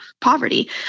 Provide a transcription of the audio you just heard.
poverty